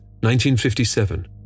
1957